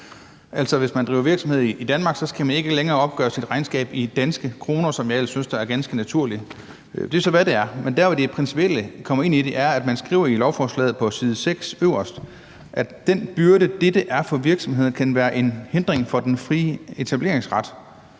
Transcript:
Altså, hvis man driver virksomhed i Danmark, skal man ikke længere opgøre sit regnskab i danske kroner, hvad jeg ellers synes er ganske naturligt. Det er så, hvad det er. Men der, hvor det principielle kommer ind, er, at man skriver i lovforslaget på side 6, øverst: »Den byrde, dette er for virksomhederne, kan være en hindring for den frie etableringsret